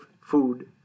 food